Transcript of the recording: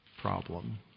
problem